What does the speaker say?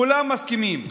כולם מסכימים,